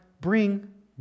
bring